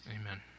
Amen